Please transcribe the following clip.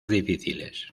difíciles